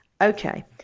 Okay